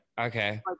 okay